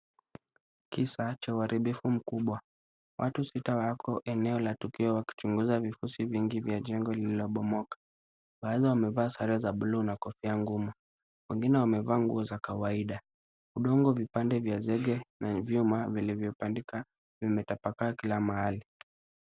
Kisa cha uharibifu mkubwa. Watu sita wako eneo la tukio wakichunguza vifusi vingi vya jengo lililobomoka. Baadhi wamevaa sare za buluu na kofia ngumu. Wengine wamevaa nguo za kawaida. Udongo ,vipande vya zege na vyuma vilivyopandika, vimetapaka kila mahali.